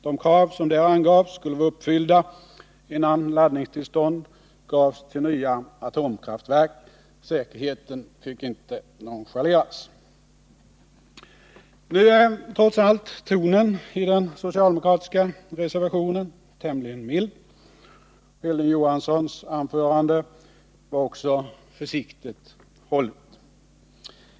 De krav som där angavs skulle vara uppfyllda, innan laddningstillstånd gavs till nya atomkraftverk. Säkerheten fick inte nonchaleras. Nu är trots allt tonen i den socialdemokratiska reservationen tämligen mild. Hilding Johanssons anförande var också försiktigt hållet.